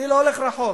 אני לא אלך רחוק,